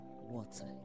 Water